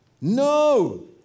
No